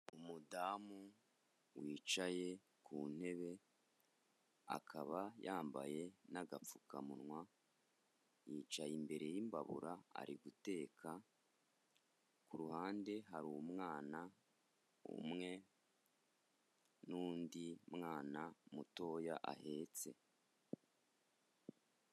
Umudamu wicaye ku ntebe, akaba yambaye n'agapfukamunwa, yicaye imbere y'imbabura ari guteka, ku ruhande hari umwe, n'undi mwana mutoya ahetse.